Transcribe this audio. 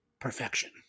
perfection